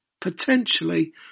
potentially